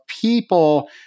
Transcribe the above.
people